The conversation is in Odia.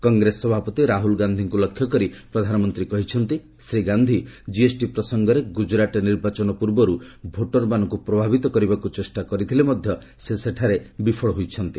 କଂଗ୍ରେସ ସଭାପତି ରାହୁଲ ଗାନ୍ଧିଙ୍କୁ ଲକ୍ଷ୍ୟ କରି ପ୍ରଧାନମନ୍ତ୍ରୀ କହିଛନ୍ତି ଶ୍ରୀ ଗାନ୍ଧି ଜିଏସ୍ଟି ପ୍ରସଙ୍ଗରେ ଗୁଜରାଟ ନିର୍ବାଚନ ପୂର୍ବରୁ ଭୋଟର୍ମାନଙ୍କୁ ପ୍ରଭାବିତ କରିବାକୁ ଚେଷ୍ଟା କରିଥିଲେ ମଧ୍ୟ ସେ ସେଠାରେ ବିଫଳ ହୋଇଥିଲେ